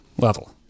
level